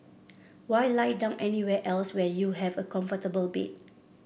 why lie down anywhere else when you have a comfortable bed